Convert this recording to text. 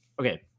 Okay